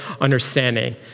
understanding